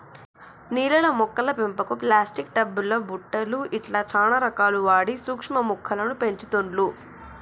నీళ్లల్ల మొక్కల పెంపుకు ప్లాస్టిక్ టబ్ లు బుట్టలు ఇట్లా చానా రకాలు వాడి సూక్ష్మ మొక్కలను పెంచుతుండ్లు